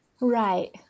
Right